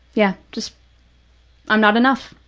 yeah, just i'm not enough.